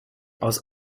aus